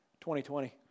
2020